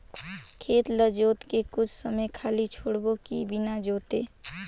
खेत ल जोत के कुछ समय खाली छोड़बो कि बिना जोते?